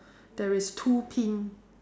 there is two pin